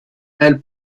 elle